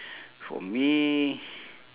for me